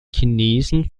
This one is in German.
chinesen